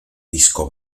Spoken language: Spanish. disco